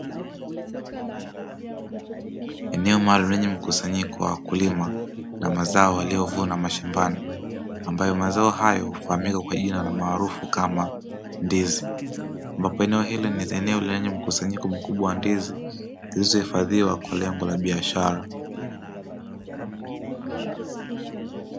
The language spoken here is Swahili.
Eneo maalumu lenye mkusanyiko wa wakulima na mazao waliovuna mashambani, ambayo mazao hayo hufahamika kwa jina la maarufu kama ndizi, ambapo eneo hili ni zeeneo lenye mkusanyiko mkubwa wa ndizi zilizohifadhiwa kwa lengo la biashara.